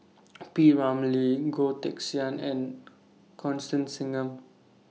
P Ramlee Goh Teck Sian and Constance Singam